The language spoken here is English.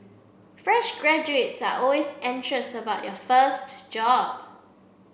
fresh graduates are always anxious about their first job